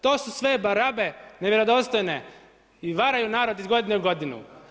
To su sve barabe, nevjerodostojne i varaju narod iz godinu u godinu.